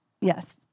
Yes